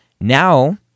now